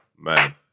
Man